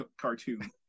cartoon